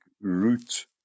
root